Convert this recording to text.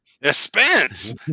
expense